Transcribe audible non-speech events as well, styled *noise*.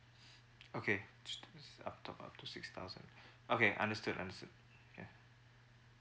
*breath* okay top up to six thousand okay understood understood yeah